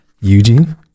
Eugene